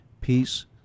peace